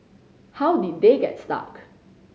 how did they get stuck